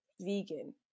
vegan